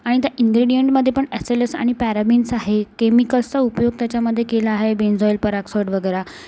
आणि त्या इन्ग्रेडियंटमधे पण ॲसेलस आणि पॅराबिन्स आहे केमिकल्सचा उपयोग त्याच्यामधे केला आहे बेनझोईल परॉक्साईड वगैरे